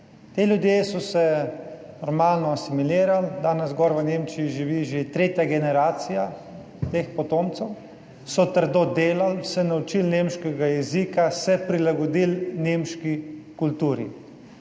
Ti ljudje so se normalno asimilirali, danes gor v Nemčiji živi že tretja generacija teh potomcev, so trdo delali, se naučili nemškega jezika, se prilagodili nemški kulturi